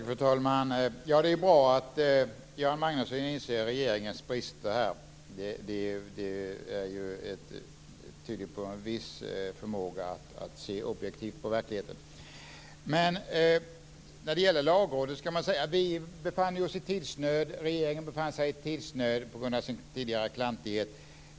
Fru talman! Det är bra att Göran Magnusson inser regeringens brister. Det tyder på en viss förmåga att se objektivt på verkligheten. När det gäller Lagrådet kan man säga att vi befann oss i tidsnöd. Även regeringen befann sig i tidsnöd på grund av sin tidigare klantighet.